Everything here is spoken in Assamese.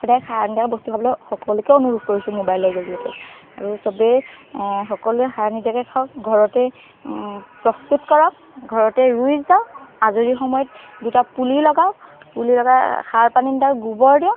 সদায় সাৰ নিদিয়াকৈ বস্তু খাবলৈ সকলোকে অনুৰোধ কৰিছোঁ মবাইলৰ জৰিয়তে আৰু চবেই সকলোৱে সাৰ নিদিয়াকৈ খাওক ঘৰতেই প্ৰস্তুত কৰক ঘৰতেই ৰুই যাওক আজৰি সময়ত দুটা পুলি লগাওক পুলি লগাই সাৰ পানী গোবৰ দিয়ক